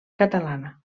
catalana